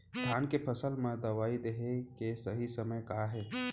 धान के फसल मा दवई देहे के सही समय का हे?